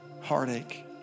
heartache